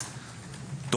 מתקנים,